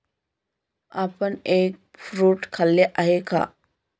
आपण egg fruit खाल्ले आहे का?